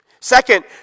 Second